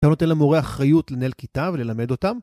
אתה נותן למורה אחריות לנהל כיתה וללמד אותם